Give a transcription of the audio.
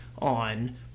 on